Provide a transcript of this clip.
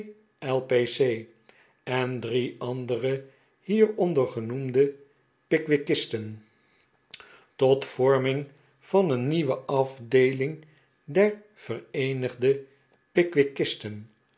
en drie andere hieronder genoemde pickwickisten tot vorming van een nieuwe afdeeling der vereenigde